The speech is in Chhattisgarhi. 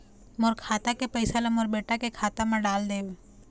मोर खाता के पैसा ला मोर बेटा के खाता मा डाल देव?